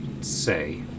say